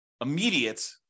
immediate